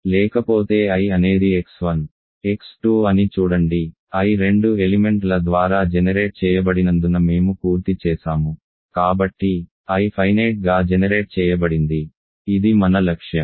లేకపోతే I అనేది x1 x2 అని చూడండి I రెండు ఎలిమెంట్ ల ద్వారా జెనెరేట్ చేయబడినందున మేము పూర్తి చేసాము కాబట్టి I ఫైనేట్ గా జెనెరేట్ చేయబడింది ఇది మన లక్ష్యం